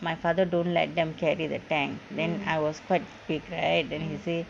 my father don't let them carry the tank then I was quite big right then they say